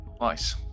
Nice